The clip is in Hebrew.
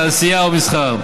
תעשייה ומסחר,